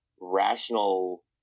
rational